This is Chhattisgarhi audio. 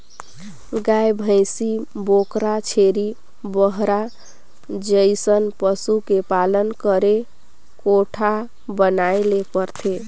गाय, भइसी, बोकरा, छेरी, बरहा जइसन पसु के पालन करे कोठा बनाये ले परथे